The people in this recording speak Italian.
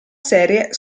serie